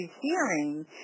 hearing